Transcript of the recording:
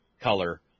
color